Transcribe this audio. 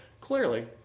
clearly